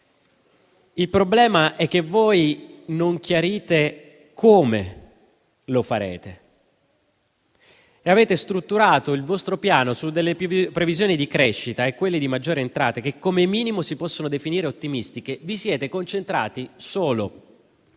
Il problema è che voi non chiarite come lo farete e avete strutturato il vostro piano su delle previsioni di crescita e di maggiori entrate che, come minimo, si possono definire ottimistiche. Vi siete concentrati solo